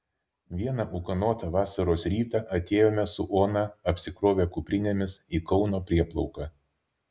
vieną ūkanotą vasaros rytą atėjome su ona apsikrovę kuprinėmis į kauno prieplauką